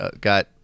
got